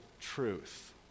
truth